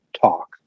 talk